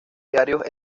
diarios